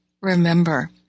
remember